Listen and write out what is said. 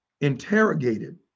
interrogated